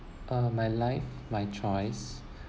uh my life my choice